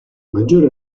maggiore